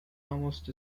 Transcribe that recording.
almost